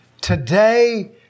Today